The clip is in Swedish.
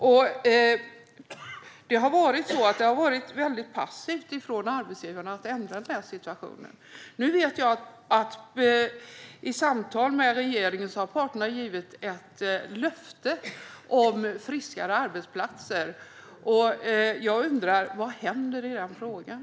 Arbetsgivarna har varit passiva när det gäller att ändra den situationen. Nu vet jag att parterna, i samtal med regeringen, har givit ett löfte om friskare arbetsplatser. Vad händer i den frågan?